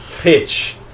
pitch